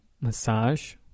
massage